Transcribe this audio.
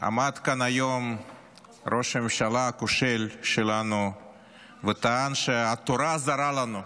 עמד כאן היום ראש הממשלה הכושל שלנו וטען שהתורה זרה לנו.